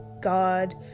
god